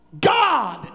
God